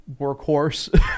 workhorse